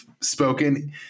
spoken